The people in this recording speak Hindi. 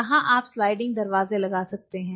कहाँ आप स्लाइडिंग दरवाजे लगा सकते हैं